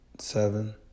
Seven